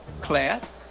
class